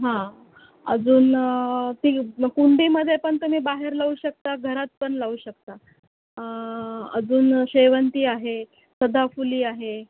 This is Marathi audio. हां अजून ती कुंडीमध्ये पण तुम्ही बाहेर लावू शकता घरात पण लावू शकता अजून शेवंती आहे सदाफुली आहे